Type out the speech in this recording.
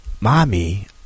Mommy